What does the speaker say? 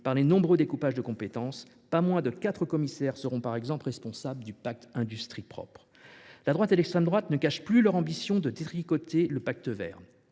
par les nombreux découpages de compétences : pas moins de quatre commissaires seront par exemple responsables du pacte « Industrie propre ». La droite et l’extrême droite ne cachent plus leur ambition de détricoter le Pacte vert